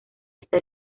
esta